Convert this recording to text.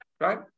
right